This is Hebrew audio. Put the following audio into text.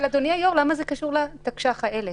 אדוני היו"ר, למה זה קשור לתקש"ח האלה?